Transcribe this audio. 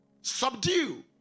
subdue